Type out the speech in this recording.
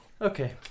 Okay